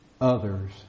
others